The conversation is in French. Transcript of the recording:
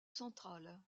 central